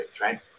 right